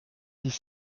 dix